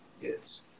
Yes